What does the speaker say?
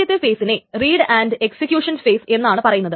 ആദ്യത്തെ ഫേസിനെ read and execution phase എന്നാണ് പറയുന്നത്